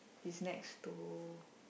is next to